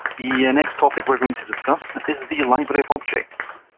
yeah next topic we're going to discuss is the library of objects.